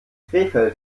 krefeld